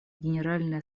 генеральной